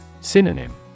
Synonym